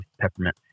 peppermint